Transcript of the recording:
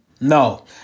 No